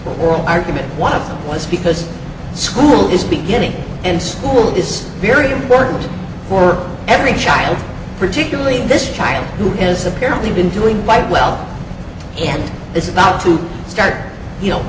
oral argument one of them was because school is beginning and school is very important for every child particularly this child who has apparently been doing quite well and is about to start